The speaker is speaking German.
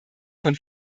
von